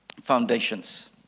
foundations